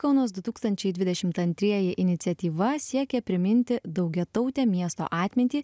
kaunas du tūkstančiai dvidešimt antrieji iniciatyva siekia priminti daugiatautę miesto atmintį